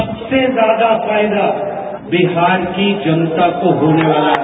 सबसे ज्यादा फायदा बिहार की जनता हो होने वाला है